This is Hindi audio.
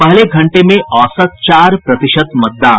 पहले घंटे में औसतन चार प्रतिशत मतदान